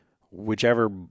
whichever